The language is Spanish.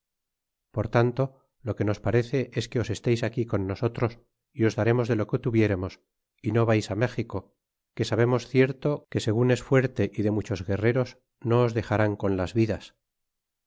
por tanto lo que nos parece es que os esteis aquí con nosotros y os daremos de lo que tuvieremos é no vais á méxico que sabemos cierto que segun es fuerte y de muchos guerreros no os dexa rán con las vidas